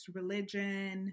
religion